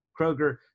Kroger